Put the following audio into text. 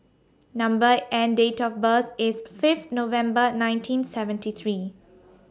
Number and Date of birth IS Fifth November nineteen seventy three